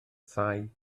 thai